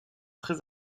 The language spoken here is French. très